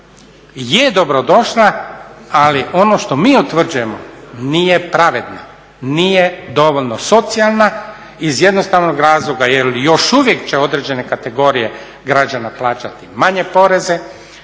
je dobrodošla ali ono što mi utvrđujemo nije pravedna, nije dovoljno socijalna iz jednostavnog razloga jer još uvijek će određene kategorije građana plaćati manje poreze,